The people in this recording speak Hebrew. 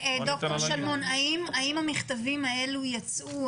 האם המכתבים האלה יצאו?